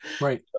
Right